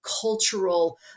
cultural